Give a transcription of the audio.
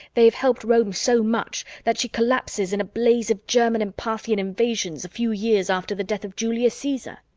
they've helped rome so much that she collapses in a blaze of german and parthian invasions a few years after the death of julius caesar.